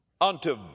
unto